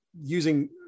using